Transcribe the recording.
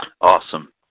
Awesome